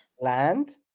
Land